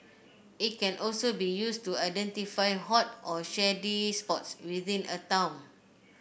it can also be used to identify hot or shady spots within a town